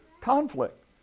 conflict